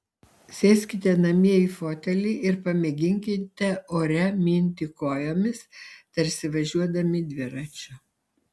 sėskite namie į fotelį ir pamėginkite ore minti kojomis tarsi važiuodami dviračiu